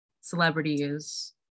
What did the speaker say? celebrities